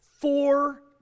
four